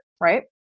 right